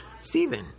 Stephen